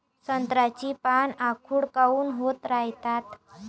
संत्र्याची पान आखूड काऊन होत रायतात?